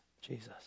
Jesus